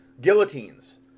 guillotines